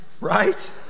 Right